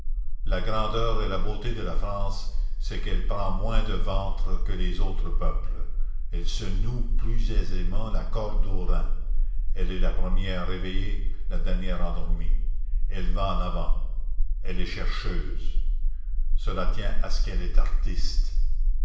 la grandeur et la beauté de la france c'est qu'elle prend moins de ventre que les autres peuples elle se noue plus aisément la corde aux reins elle est la première éveillée la dernière endormie elle va en avant elle est chercheuse cela tient à ce qu'elle est artiste